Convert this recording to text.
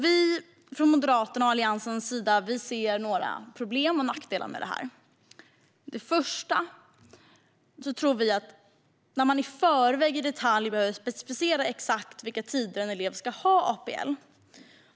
Vi från Moderaternas och Alliansens sida ser några problem och nackdelar med detta. För det första tror vi att det riskerar att bli för fyrkantigt om man i förväg i detalj behöver specificera exakt vilka tider en elev ska ha APL.